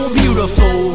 beautiful